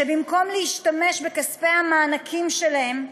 שבמקום להשתמש בכספי המענקים שלהם,